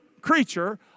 creature